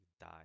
die